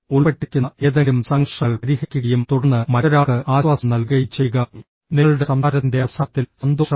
ഉൾപ്പെട്ടിരിക്കുന്ന ഏതെങ്കിലും സംഘർഷങ്ങൾ പരിഹരിക്കുകയും തുടർന്ന് മറ്റൊരാൾക്ക് ആശ്വാസം നൽകുകയും ചെയ്യുക നിങ്ങളുടെ സംസാരത്തിൻറെ അവസാനത്തിൽ സന്തോഷമുണ്ട്